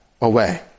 away